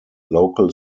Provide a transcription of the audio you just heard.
local